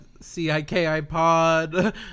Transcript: C-I-K-I-Pod